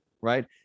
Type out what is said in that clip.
Right